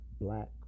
black